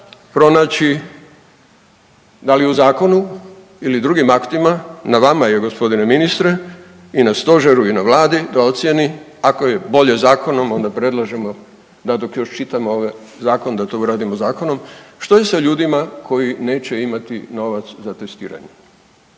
pronaći da li u zakonu ili drugim aktima na vama je g. ministre i na stožeru i na vladi da ocijeni ako je bolje zakonom onda predlažemo da dok još čitamo ovaj zakon da to uradimo zakonom. Što je sa ljudima koji neće imati novac za testiranje?